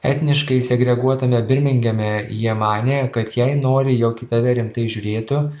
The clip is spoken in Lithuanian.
etniškai segreguotame birmingeme jie manė kad jei nori jog į tave rimtai žiūrėtų